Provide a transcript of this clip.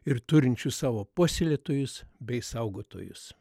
ir turinčių savo puoselėtojus bei saugotojus